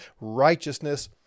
righteousness